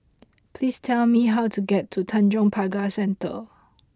please tell me how to get to Tanjong Pagar Centre